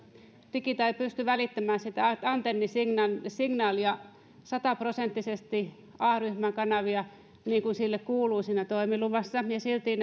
digita ei pysty välittämään sitä antennisignaalia sata prosenttisesti a ryhmän kanavia niin kuin sille kuuluu toimiluvassa ja silti